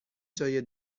جای